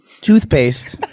Toothpaste